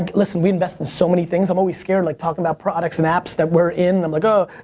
listen, we invest in so many things. i'm always scared, like, talking about products and apps that we're in. i'm like, ah